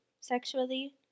sexually